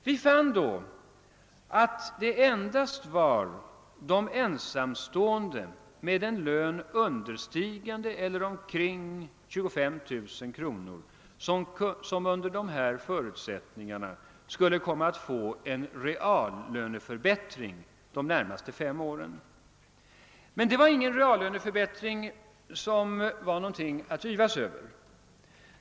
Vi fann då, att det endast var de ensamstående med en lön understigande eller omkring 25 000 kronor, som under dessa förutsättningar skulle komma att få en reallöneförbättring de närmaste fem åren. Men det är ingen reallöneförbättring att yvas över.